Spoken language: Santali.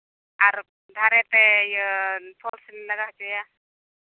ᱟᱨ ᱫᱷᱟᱨᱮ ᱛᱮ ᱯᱷᱚᱞᱥᱤᱧ ᱞᱟᱜᱟᱣ ᱦᱚᱪᱚᱭᱟ